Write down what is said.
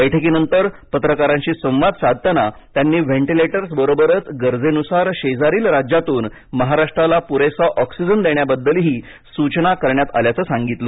बैठकीनंतर पत्रकारांशी संवाद साधताना त्यांनी व्हेन्टिलेटर्स बरोबरच गरजेनुसार शेजारील राज्यातून महाराष्ट्राला पुरेसा ऑक्सिजन देण्याबद्दलही सूचना करण्यात आल्याचं सांगितलं